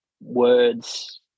words